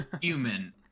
human